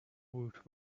woot